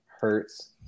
Hurts